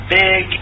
big